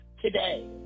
today